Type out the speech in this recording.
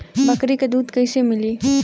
बकरी क दूध कईसे मिली?